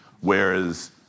Whereas